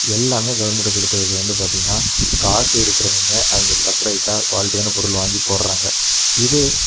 எல்லாமே கவர்மெண்ட்டு கொடுத்தது வந்து பார்த்திங்கன்னா காசு இருக்கிறவங்க அவங்க செப்பரேட்டாக குவாலிட்டியான பொருள் வாங்கிப் போடுறாங்க இது